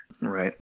Right